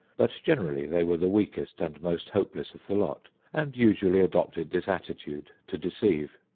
but generally they were the weakest and most hopeless of the lot and usually adopted this attitude to deceive.